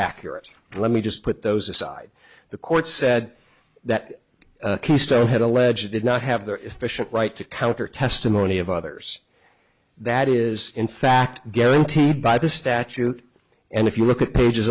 accurate let me just put those aside the court said that keystone had alleged did not have their efficient right to counter testimony of others that is in fact guaranteed by the statute and if you look at pages